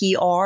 PR